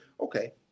Okay